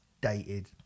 dated